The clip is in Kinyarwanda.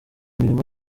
imirimo